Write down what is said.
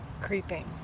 Creeping